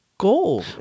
Goal